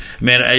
man